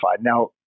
Now